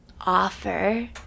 offer